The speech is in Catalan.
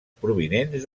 provinents